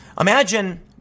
Imagine